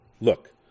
Look